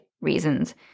reasons